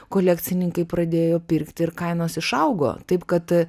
kolekcininkai pradėjo pirkti ir kainos išaugo taip kad